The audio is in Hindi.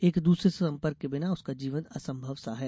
एक दूसरे से संपर्क के बिना उसका जीवन असंभव सा है